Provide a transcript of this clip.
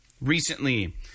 recently